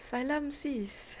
salam sis